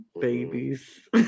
babies